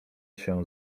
się